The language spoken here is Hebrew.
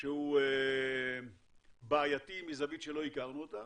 שהוא בעייתי מזווית שלא הכרנו אותה.